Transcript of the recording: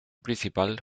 principal